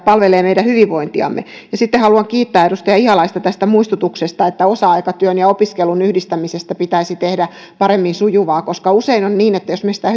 palvelevat meidän hyvinvointiamme sitten haluan kiittää edustaja ihalaista tästä muistutuksesta että osa aikatyön ja opiskelun yhdistämisestä pitäisi tehdä paremmin sujuvaa koska usein on niin että jos me sitä